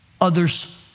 others